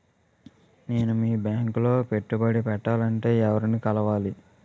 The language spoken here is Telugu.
నేను మీ బ్యాంక్ లో పెట్టుబడి పెట్టాలంటే ఎవరిని కలవాలి?